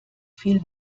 viel